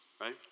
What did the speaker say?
right